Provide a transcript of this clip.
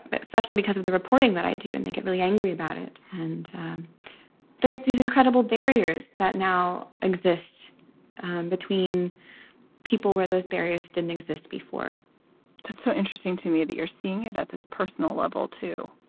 but especially because of the reporting that i do. and they get really angry about it. and there's these incredible barriers that now exist between people where those barriers didn't exist before that's so interesting to me that you're seeing it at this personal level, too,